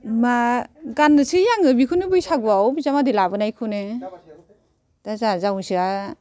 मा गाननोसै आङो बेखौनो बैसागुआव बिजामादै लाबोनायखौनो दा जोंहा जावैसोआ